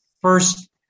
first